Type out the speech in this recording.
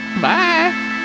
Bye